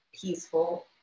peaceful